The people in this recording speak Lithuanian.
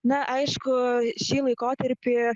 na aišku šį laikotarpį